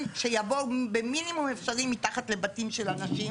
שיעבור במינימום האפשרי מתחת לבתים של אנשים